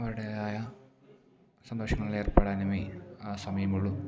അവരുടേതായ സന്തോഷങ്ങളിലേർപ്പെടാനുമേ സമയമുള്ളു